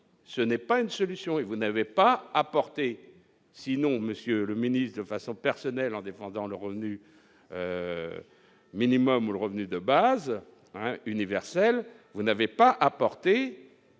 ce n'est pas une solution, et vous n'avait pas apporté sinon monsieur le ministre, face au personnel en défendant le Revenu minimum, le revenu de base universel, vous n'avez pas apporté